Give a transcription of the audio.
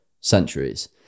centuries